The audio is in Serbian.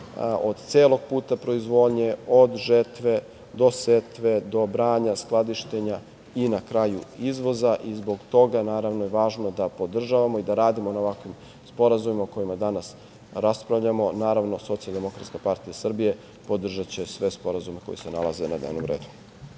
od celog puta proizvodnje, od žetve do setve, do branja, do skladištenja i na kraju izvoza i zbog toga naravno je važno da podržavao i da radimo na ovakvim sporazumima o kojima danas raspravljamo. Naravno, SDPS podržaće sve sporazume koji se nalaze na dnevnom redu.